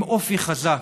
עם אופי חזק,